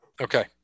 Okay